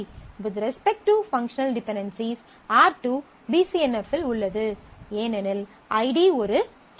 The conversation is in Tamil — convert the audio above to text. with respect to functional dependencies R2 B C N F ல் உள்ளது ஏனெனில் ஐடி ஒரு கீ